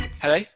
hello